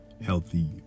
healthy